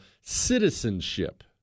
citizenship